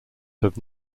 have